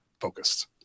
focused